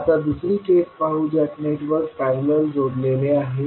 आता दुसरी केस पाहू ज्यात नेटवर्क पॅरलल जोडलेले आहे